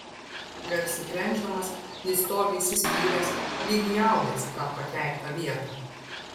garsiai krenkšdamas jis stovi įsispyręs lyg įaugęs į tą prakeiktą vietą